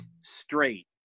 straight